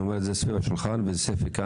ואני אומר את זה כאן מסביב לשולחן בנוכחות ספי,